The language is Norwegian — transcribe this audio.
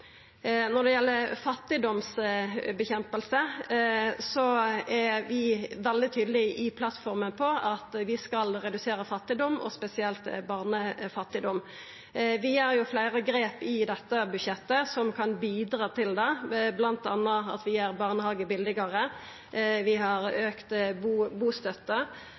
veldig tydelege på at vi skal redusera fattigdom, og spesielt barnefattigdom. Vi gjer fleire grep i dette budsjettet som kan bidra til det, bl.a. gjer vi barnehage billegare, vi har